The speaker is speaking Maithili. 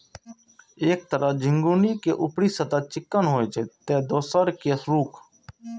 एक तरह झिंगुनी के ऊपरी सतह चिक्कन होइ छै, ते दोसर के रूख